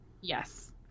yes